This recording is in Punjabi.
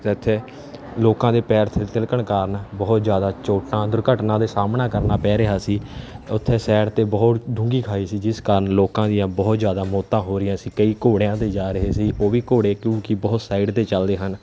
ਅਤੇ ਇੱਥੇ ਲੋਕਾਂ ਦੇ ਪੈਰ ਸ ਤਿਲਕਣ ਕਾਰਨ ਬਹੁਤ ਜ਼ਿਆਦਾ ਚੋਟਾਂ ਦੁਰਘਟਨਾ ਦੇ ਸਾਹਮਣਾ ਕਰਨਾ ਪੈ ਰਿਹਾ ਸੀ ਤਾਂ ਉੱਥੇ ਸਾਈਡ 'ਤੇ ਬੁਹਤ ਡੂੰਘੀ ਖਾਈ ਸੀ ਜਿਸ ਕਾਰਨ ਲੋਕਾਂ ਦੀਆਂ ਬੁਹਤ ਜ਼ਿਆਦਾ ਮੌਤਾਂ ਹੋ ਰਹੀਆਂ ਸੀ ਕਈ ਘੋੜਿਆਂ 'ਤੇ ਜਾ ਰਹੇ ਸੀ ਉਹ ਵੀ ਘੋੜੇ ਕਿਉਂਕਿ ਬਹੁਤ ਸਾਈਡ 'ਤੇ ਚਲਦੇ ਹਨ